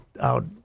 out